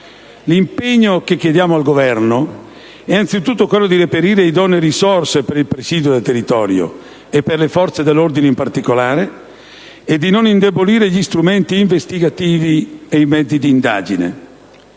L'impegno che chiediamo al Governo è anzitutto quello di reperire idonee risorse per il presidio del territorio e per le forze dell'ordine in particolare, e di non indebolire gli strumenti investigativi e i mezzi di indagine.